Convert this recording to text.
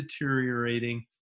deteriorating